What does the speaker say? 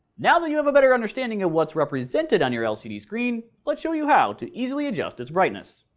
now that you have a better understanding of what's represented on your lcd screen, let's show you how to easily adjust its brightness.